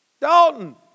Dalton